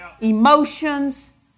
emotions